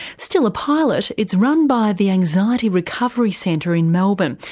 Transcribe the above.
still a pilot, it's run by the anxiety recovery centre in melbourne,